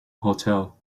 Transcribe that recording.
hotel